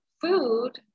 food